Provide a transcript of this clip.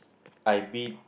I be